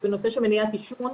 כי המצב נכון לכרגע,